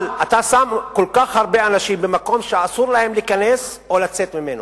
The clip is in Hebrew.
אבל אתה שם כל כך הרבה אנשים במקום שאסור להם להיכנס או לצאת ממנו,